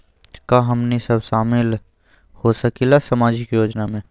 का हमनी साब शामिल होसकीला सामाजिक योजना मे?